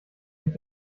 sich